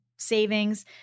savings